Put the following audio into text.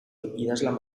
idazlan